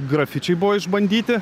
grafičiai buvo išbandyti